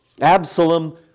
Absalom